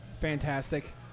Fantastic